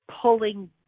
pulling